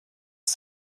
ist